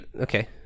okay